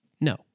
No